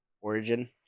origin